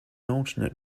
alternate